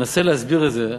נסה להסביר את זה,